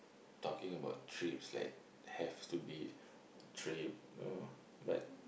talking about trips like have to be trip no but